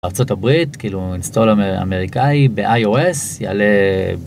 ארצות הברית, כאילו, אינסטול אמריקאי, ב-iOS יעלה...